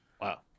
Wow